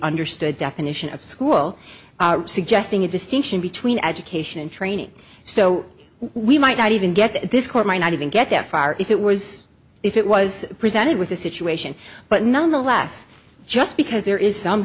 understood definition of school suggesting a distinction between education and training so we might not even get this court might not even get that far if it was if it was presented with a situation but nonetheless just because there is some